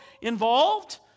involved